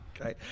Okay